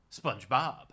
SpongeBob